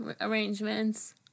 arrangements